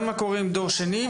גם מה קורה עם דור שני,